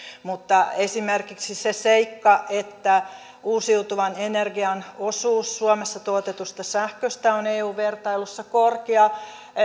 mutta keskeinen syy esimerkiksi siihen seikkaan että uusiutuvan energian osuus suomessa tuotetusta sähköstä on eu vertailussa korkea